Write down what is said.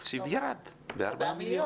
התקציב ירד ב-4,000,000.